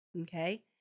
Okay